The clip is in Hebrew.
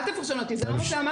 אל תפרשן אותי, זה לא מה שאמרתי.